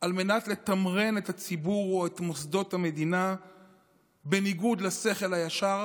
על מנת לתמרן את הציבור או את מוסדות המדינה בניגוד לשכל הישר